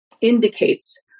indicates